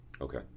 Okay